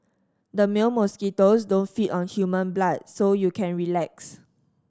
the male mosquitoes don't feed on human blood so you can relax